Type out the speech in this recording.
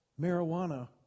marijuana